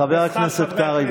חבר הכנסת קרעי,